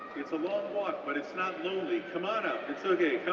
it's a long walk, but it's not lonely, come on up, it's okay,